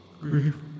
grief